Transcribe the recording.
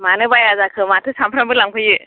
मानो बाइया जाखो माथो सामफ्रामबो लांफैयो